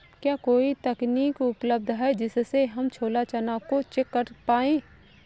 क्या कोई तकनीक उपलब्ध है जिससे हम छोला चना को चेक कर पाए?